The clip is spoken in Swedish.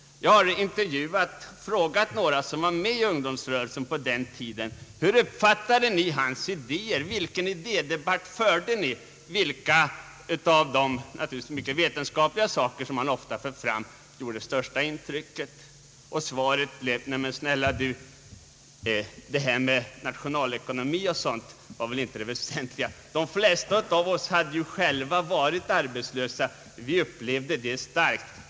Jag har frågat några av dem som var med i ungdomsrörelsen på den tiden: Hur uppfattade ni hans idéer? Vilken idédebatt förde ni? Vilka av de — naturligtvis ofta mycket vetenskapliga — tankar som han förde fram gjorde det största intrycket på er? Svaret blev: Nej, men snälla du, det här med nationalekonomi och sådant var väl inte det väsentliga! De flesta av oss hade ju själva varit arbetslösa. Vi upplevde det starkt.